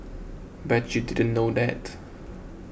bet you didn't know that